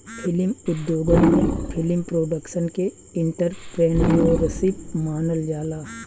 film उद्योगन में film production के एंटरप्रेन्योरशिप मानल जाला